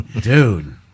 Dude